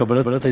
בקבלת הייסורין,